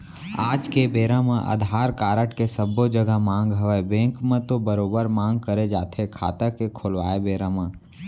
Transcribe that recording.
आज के बेरा म अधार कारड के सब्बो जघा मांग हवय बेंक म तो बरोबर मांग करे जाथे खाता के खोलवाय बेरा म